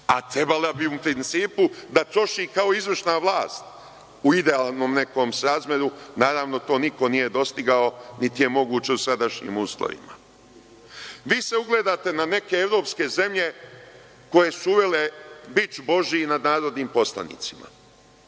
a trebala bi, u principu, da troši kao izvršna vlast, u idealnom nekom srazmeru, naravno, to niko nije dostigao, niti je moguće u sadašnjim uslovima. Vi se ugledate na neke evropske zemlje koje su uvele „Bič Božiji“ nad narodnim poslanicima.